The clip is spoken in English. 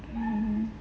mm